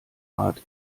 art